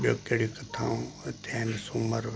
ॿियो कहिड़ी कथाऊं हिते आहिनि सूमरु विर्त